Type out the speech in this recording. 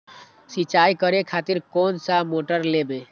सीचाई करें खातिर कोन सा मोटर लेबे?